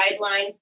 guidelines